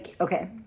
Okay